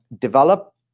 develop